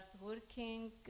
working